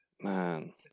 man